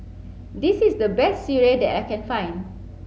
this is the best Sireh that I can find